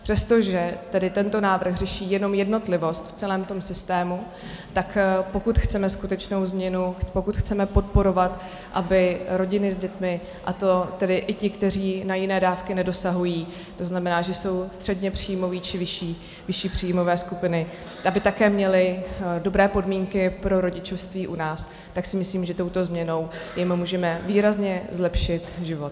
Přestože tedy tento návrh řeší jenom jednotlivost v celém tom systému, tak pokud chceme skutečnou změnu, pokud chceme podporovat, aby rodiny s dětmi, a to tedy i ti, kteří na jiné dávky nedosahují, to znamená, že jsou středněpříjmoví či vyšší příjmové skupiny, aby také měli dobré podmínky pro rodičovství u nás, tak si myslím, že touto změnou jim můžeme výrazně zlepšit život.